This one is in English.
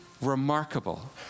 remarkable